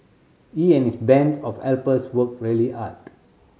he and his bands of helpers worked really hard